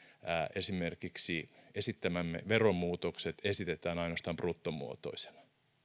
esimerkiksi esittämämme veromuutokset esitetään ainoastaan bruttomuotoisina